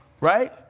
right